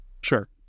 sure